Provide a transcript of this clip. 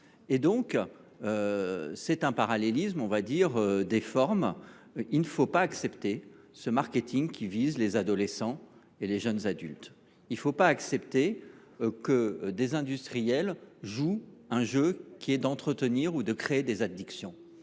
donc d’un parallélisme des formes. Il ne faut pas accepter ce marketing qui vise les adolescents et les jeunes adultes. Il ne faut pas accepter que des industriels jouent à créer ou à entretenir des addictions.